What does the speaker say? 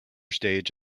stage